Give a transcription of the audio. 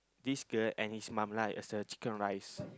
this girl and his mum right is the chicken-rice